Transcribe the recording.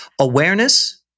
awareness